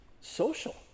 social